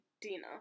Dina